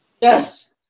yes